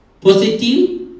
positive